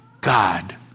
God